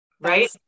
Right